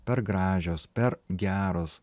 per gražios per geros